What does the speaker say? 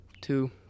two